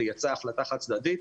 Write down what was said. יצאה החלטה חד-צדדית.